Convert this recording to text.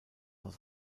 aus